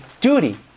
duty